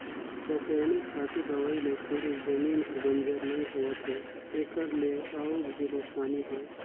रसइनिक खातू, दवई ले सिरिफ जमीन हर बंजर नइ होवत है एखर ले अउ भी नुकसानी हे